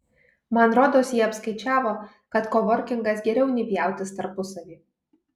man rodos jie apskaičiavo kad kovorkingas geriau nei pjautis tarpusavy